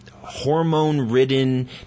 hormone-ridden